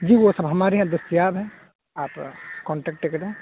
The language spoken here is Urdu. جی وہ سب ہمارے یہاں دستیاب ہیں آپ کانٹیکٹ کریں